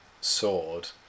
sword